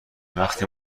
وقتی